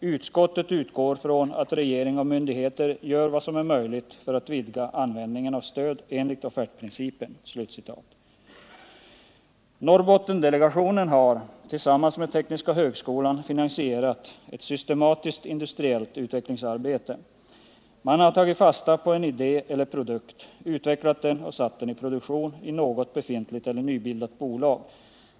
”Utskottet utgår från att regering och myndigheter gör vad som är möjligt för att vidga användningen av stöd enligt offertprincipen.” Norrbottendelegationen har tillsammans med tekniska högskolan i Luleå finansierat ett systematiskt industriellt utvecklingsarbete. Man har tagit fasta på en idé eller en produkt, utvecklat den och satt den i produktion i något befintligt eller nybildat bolag.